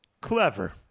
clever